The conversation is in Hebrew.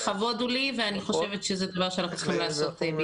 לכבוד הוא לי ואני חושבת שזה דבר שאנחנו צריכים לעשות.